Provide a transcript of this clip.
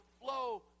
flow